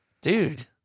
dude